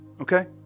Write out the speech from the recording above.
Okay